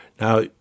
now